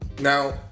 Now